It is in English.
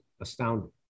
astounding